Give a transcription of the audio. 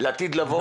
לעתיד לבוא,